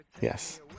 Yes